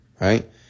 right